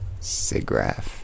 SIGGRAPH